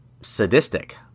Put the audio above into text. sadistic